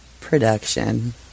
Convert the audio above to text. production